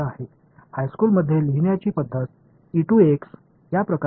எனவே யை சுருக்கமாகச் சொன்னாள் n க்கு செங்குத்தாக இருக்கும்